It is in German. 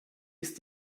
ist